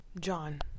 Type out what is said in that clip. John